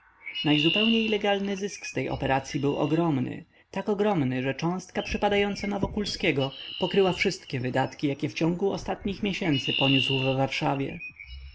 najzupełniej legalny zysk z tej operacyi był ogromny tak ogromny że cząstka przypadająca na wokulskiego pokryła wszystkie wydatki jakie wciągu ostatnich miesięcy poniósł w warszawie